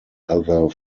other